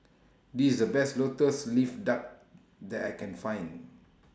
This The Best Lotus Leaf Duck that I Can Find